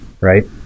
right